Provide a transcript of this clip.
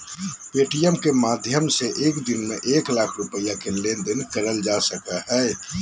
Paytm के माध्यम से एक दिन में एक लाख रुपया के लेन देन करल जा सको हय